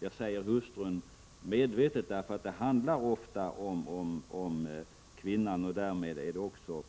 Jag säger hustrun medvetet, för det handlar ofta om kvinnan. Därmed ligger det också